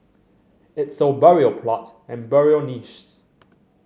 it sold burial plots and burial niches